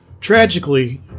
Tragically